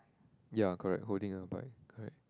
ya correct holding a bike correct